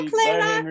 Clara